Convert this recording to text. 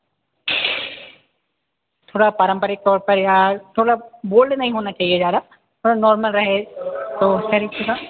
थोड़ा पारंपरिक तौर पर या थोड़ा बोल्ड नहीं होना चाहिए ज़्यादा थोड़ा सर नॉर्मल रहे तो सर इसका